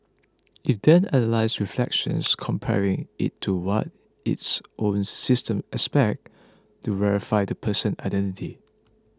it then analyses reflections comparing it to what its own system expects to verify the person identity